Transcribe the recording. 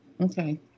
Okay